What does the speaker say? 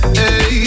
hey